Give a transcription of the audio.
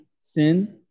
sin